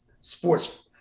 sports